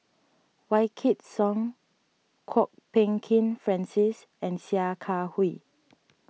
Wykidd Song Kwok Peng Kin Francis and Sia Kah Hui